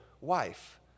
wife